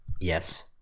yes